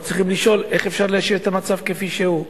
אנחנו צריכים לשאול איך אפשר להשאיר את המצב כפי שהוא.